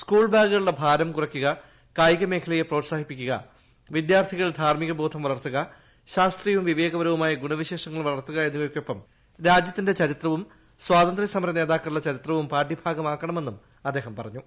school ബാഗുകളുടെ ഭാരം കുറയ്ക്കുക്ക്കായിക മേഖലയെ പ്രോത്സാഹിപ്പിക്കു ക വിദ്യാർത്ഥികളിൽ ധാർമ്മിക ബോദ്ധർ വളർത്തുക ശാസ്ത്രീയവും വിവേകപര വുമായ ഗുണവിശേഷണങ്ങൾ ഫ്ളൂർത്തുക എന്നിവയ്ക്കൊപ്പം രാജ്യത്തിന്റെ ചരി ത്രവും സ്വാതന്ത്യ സമര നേത്രാക്കളുടെ ചരിത്രവും പാഠ്യ ഭാഗമാക്കണമെന്നും അദ്ദേഹ്ട് പ്റഞ്ഞു